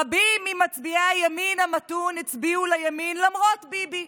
רבים ממצביעי הימין המתון הצביעו לימין למרות ביבי,